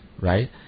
right